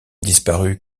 disparu